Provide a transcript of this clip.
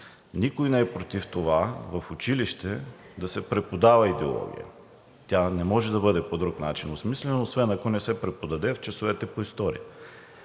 Никой не е против това в училище да се преподава идеология. Тя не може да бъде по друг начин осмислена, освен ако не се преподаде в часовете по история